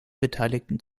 beteiligten